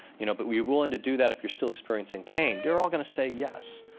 you know but are you willing to do that if you're still experiencing pain? they're all going to say yes.